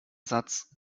satz